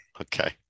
Okay